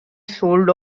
sold